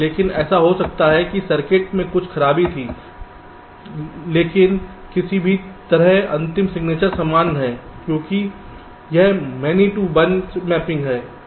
लेकिन ऐसा हो सकता है कि सर्किट में कुछ खराबी थी लेकिन किसी भी तरह अंतिम सिग्नेचर समान रहे क्योंकि यह मानी टू 1 मैपिंग है